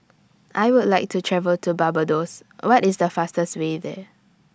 I Would like to travel to Barbados What IS The fastest Way There